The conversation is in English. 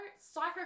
psycho